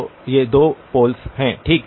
तो ये दो पोल्स हैं ठीक